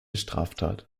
straftat